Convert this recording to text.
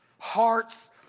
Hearts